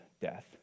death